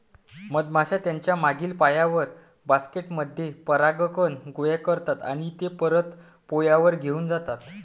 मधमाश्या त्यांच्या मागील पायांवर, बास्केट मध्ये परागकण गोळा करतात आणि ते परत पोळ्यावर घेऊन जातात